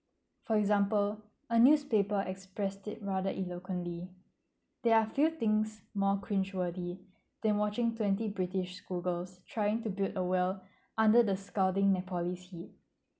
for example a newspaper express it rather eloquently there are few things more cringe worthy than watching twenty British school girls trying to build a well under the scouting net policy